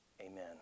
Amen